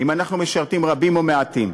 האם אנחנו משרתים רבים או מעטים?